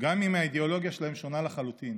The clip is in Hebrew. גם עם האידיאולוגיה שלהם שונה לחלוטין,